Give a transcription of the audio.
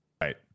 right